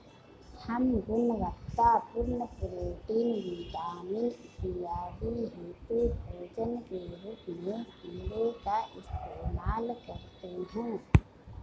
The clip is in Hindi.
हम गुणवत्तापूर्ण प्रोटीन, विटामिन इत्यादि हेतु भोजन के रूप में कीड़े का इस्तेमाल करते हैं